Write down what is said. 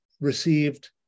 received